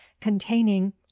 containing